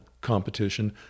competition